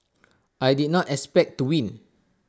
I did not expect to win